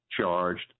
charged